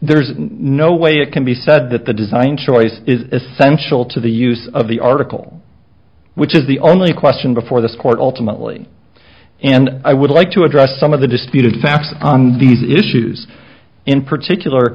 there's no way it can be said that the design choice is essential to the use of the article which is the only question before this court ultimately and i would like to address some of the disputed fast on these issues in particular